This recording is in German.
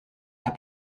habt